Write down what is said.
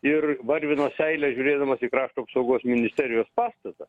ir varvino seilę žiūrėdamas į krašto apsaugos ministerijos pastatą